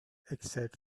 except